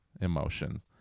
emotions